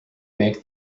make